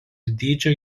dydžio